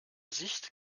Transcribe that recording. sicht